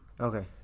Okay